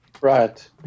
Right